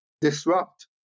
disrupt